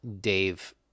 Dave